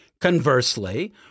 Conversely